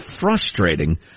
frustrating